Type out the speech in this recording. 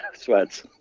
Sweats